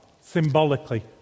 symbolically